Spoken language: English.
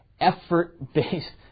effort-based